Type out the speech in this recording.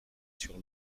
sur